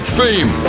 fame